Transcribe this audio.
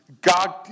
God